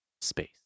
space